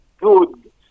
good